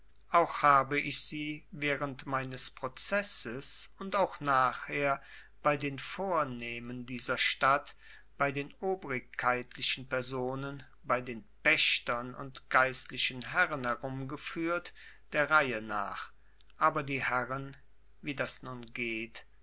auch habe ich sie während meines prozesses und auch nachher bei den vornehmen dieser stadt bei den obrigkeitlichen personen bei den pächtern und geistlichen herren herumgeführt der reihe nach aber die herren wie das nun geht